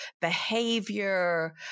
behavior